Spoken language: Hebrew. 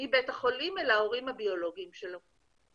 מבית החולים אל ההורים הביולוגיים שלהם.